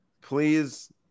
Please